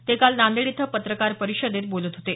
ते काल नांदेड इथं पत्रकार परिषदेत बोलत होते